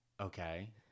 Okay